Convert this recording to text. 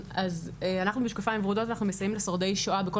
אנחנו במשקפיים ורודות מסייעים לשורדי שואה בכל